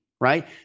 Right